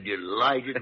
delighted